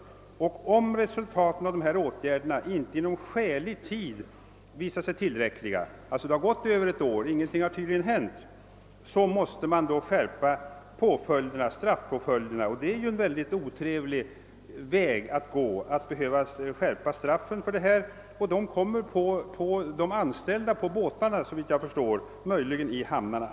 Utskottet framhöll att om resultaten av dessa åtgärder inte inom skälig tid skulle visa sig tillräckliga — det har alltså förflutit över ett år och ingenting har tydligen hänt — måste straffpåföljderna skärpas, vilket ju är mycket otrevligt. Såvitt jag förstår skulle straffen drabba de anställda på båtarna, möjligen i hamnarna.